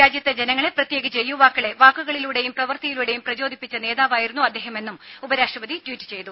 രാജ്യത്തെ ജനങ്ങളെ പ്രത്യേകിച്ച് യുവാക്കളെ വാക്കുകളിലൂടെയും പ്രവർത്തിയിലൂടെയും പ്രചോദിപ്പിച്ച നേതാവായിരുന്നു അദ്ദേഹമെന്നും ഉപരാഷ്ട്രപതി ട്വീറ്റ് ചെയ്തു